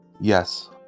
Yes